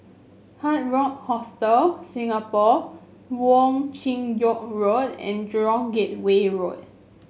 Hard Rock Hostel Singapore Wong Chin Yoke Road and Jurong Gateway Road